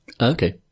Okay